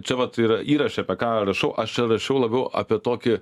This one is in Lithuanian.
čia vat ir įraše apie ką rašau aš čia rašiau labiau apie tokį